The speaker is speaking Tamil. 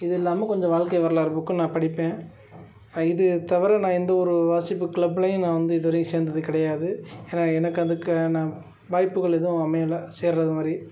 இதில்லாமல் கொஞ்சம் வாழ்க்கை வரலாறு புக்கும் நான் படிப்பேன் இதுத் தவிர நான் எந்த ஒரு வாசிப்பு க்ளப்லையும் நான் வந்து இதுவரையும் சேர்ந்தது கிடையாது ஏன்னா எனக்கு அதுக்கான வாய்ப்புகள் எதுவும் அமையலை சேர்கிறது மாதிரி